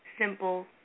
Simple